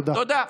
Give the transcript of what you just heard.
תודה.